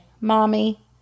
Mommy